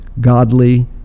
godly